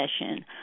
session